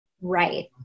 Right